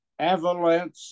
avalanche